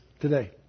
today